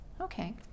Okay